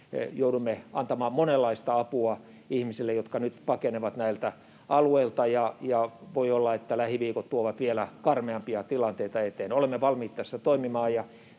joudumme antamaan monenlaista apua ihmisille, jotka nyt pakenevat näiltä alueilta, ja voi olla, että lähiviikot tuovat vielä karmeampia tilanteita eteen. Olemme valmiit tässä toimimaan,